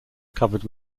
covered